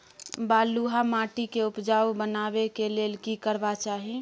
बालुहा माटी के उपजाउ बनाबै के लेल की करबा के चाही?